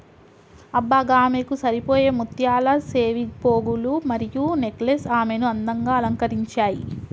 అబ్బ గామెకు సరిపోయే ముత్యాల సెవిపోగులు మరియు నెక్లెస్ ఆమెను అందంగా అలంకరించాయి